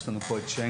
יש לנו פה את שיינקין,